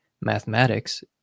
mathematics